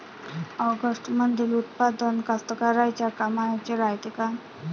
ॲग्रोस्टारमंदील उत्पादन कास्तकाराइच्या कामाचे रायते का?